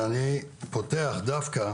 אני פותח דווקא